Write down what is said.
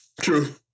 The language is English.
True